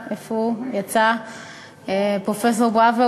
אושרה בקריאה שלישית ותיכנס לספר החוקים.